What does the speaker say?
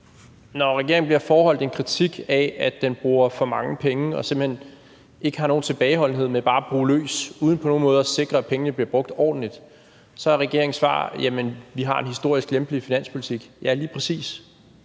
når regeringen bliver foreholdt en kritik af, at den bruger for mange penge og simpelt hen ikke har nogen tilbageholdenhed med bare at bruge løs uden på nogen måde at sikre sig, at pengene bliver brugt ordentligt, så er regeringens svar, at vi har en historisk lempelig finanspolitik. Ja, lige præcis